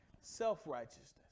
Self-righteousness